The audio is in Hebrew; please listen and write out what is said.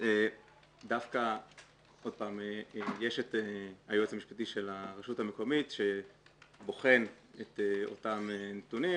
דווקא יש את היועץ המשפטי של הרשות המקומית שבוחן את אותם נתונים,